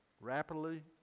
rapidly